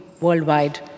worldwide